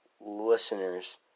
listeners